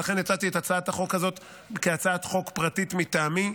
ולכן הצעתי את הצעת החוק הזאת כהצעת חוק פרטית מטעמי.